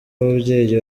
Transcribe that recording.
ababyeyi